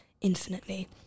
infinitely